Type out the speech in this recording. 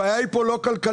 הבעיה פה היא לא כלכלית.